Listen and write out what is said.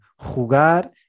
Jugar